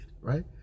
right